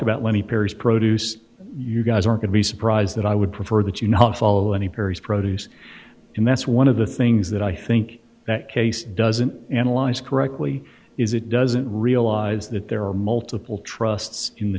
about let me perry's produce you guys are going to be surprised that i would prefer that you not follow any parries produce and that's one of the things that i think that case doesn't analyze correctly is it doesn't realize that there are multiple trusts in the